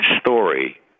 story